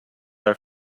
are